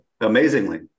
Amazingly